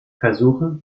versuche